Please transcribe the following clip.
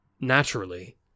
Naturally